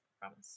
Promise